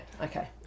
Okay